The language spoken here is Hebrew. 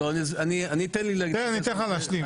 תן לי להשלים.